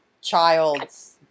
child's